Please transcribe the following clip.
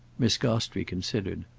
miss gostrey considered.